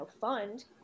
fund